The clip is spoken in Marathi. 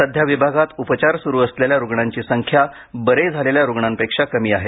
सध्या विभागात उपचार सुरू असलेल्या रुग्णांची संख्या बरे झालेल्या रुग्णांपेक्षा कमी आहे